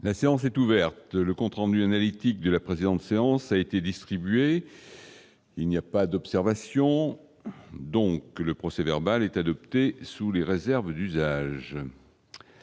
La séance est ouverte, le compte rendu analytique de la présidente de séance a été distribué, il n'y a pas d'observation, donc le procès verbal est adoptée sous les réserves d'usage